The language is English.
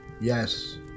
Yes